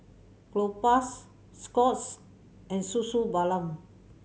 Propass Scott's and Suu Suu Balm